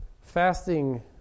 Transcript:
Fasting